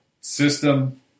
system